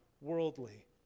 worldly